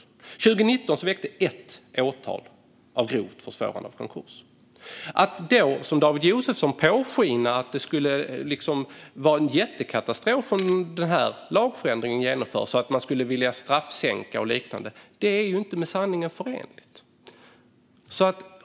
År 2019 väcktes det ett åtal om grovt försvårande av konkurs. Att då som David Josefsson påskina att det skulle vara en jättekatastrof om denna lagförändring genomförs - att man skulle vilja göra straffsänkningar och liknande - är inte förenligt med sanningen.